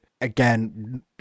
again